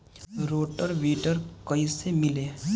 Rotor weeder कईसे मिले?